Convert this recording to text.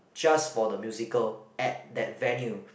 just for the musical at that venue